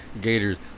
gators